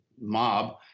mob